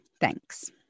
Thanks